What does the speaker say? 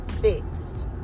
fixed